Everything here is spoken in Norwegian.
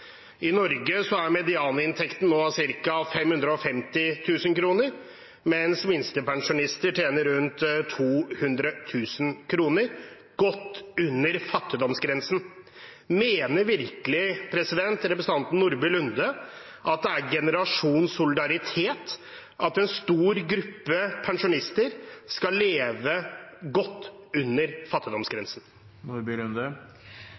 i. I Norge er medianinntekten nå cirka 550 000 kr, mens minstepensjonister tjener rundt 200 000 kr – godt under fattigdomsgrensen. Mener virkelig representanten Nordby Lunde at det er generasjonssolidaritet at en stor gruppe pensjonister skal leve godt under